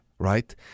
right